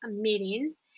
meetings